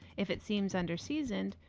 if it seems under seasoned,